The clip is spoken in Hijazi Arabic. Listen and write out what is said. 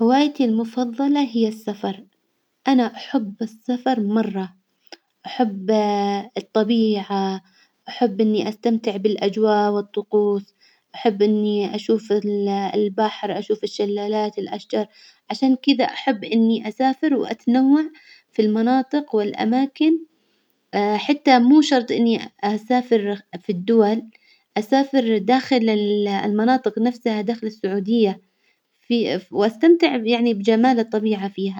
هوايتي المفظلة هي السفر، أنا أحب السفر مرة، أحب الطبيعة، أحب إني أستمتع بالأجواء والطقوس، أحب إني أشوف ال- البحر، أشوف الشلالات، الأشجار، عشان كذا أحب إني أسافر وأتنوع في المناطق والأماكن حتى مو شرط إني أسافر في الدول، أسافر داخل ال- المناطق نفسها، داخل السعودية في- وأستمتع يعني بجمال الطبيعة فيها.